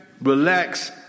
relax